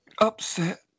upset